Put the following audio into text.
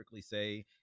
say